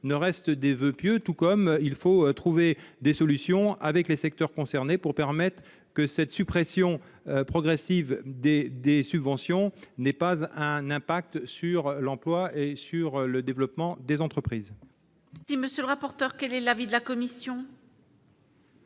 ne restent des voeux pieux, tout comme il faut trouver des solutions avec les secteurs concernés, pour permettre que cette suppression progressive des des subventions n'ait pas eu un impact sur l'emploi et sur le développement des entreprises. Si monsieur le rapporteur, quel est l'avis de la commission.